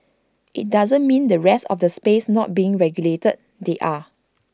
IT doesn't mean the rest of the space not being regulated they are